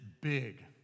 big